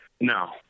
No